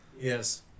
Yes